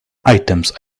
items